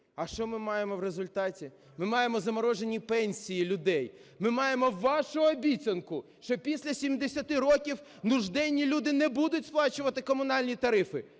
А що ми маємо в результаті? Ми маємо заморожені пенсії людей, ми маємо вашу обіцянку, що після 70 років нужденні люди не будуть сплачувати комунальні тарифи.